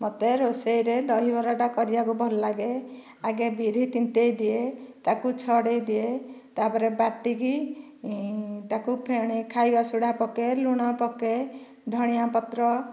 ମୋତେ ରୋଷେଇରେ ଦହିବରାଟା କରିବାକୁ ଭଲ ଲାଗେ ଆଗେ ବିରି ତିନ୍ତାଇ ଦିଏ ତାକୁ ଛଡ଼ାଇ ଦିଏ ତା'ପରେ ବାଟିକି ତାକୁ ଫେଣାଇ ଖାଇବା ସୋଢ଼ା ପକାଏ ଲୁଣ ପକାଏ ଧଣିଆ ପତ୍ର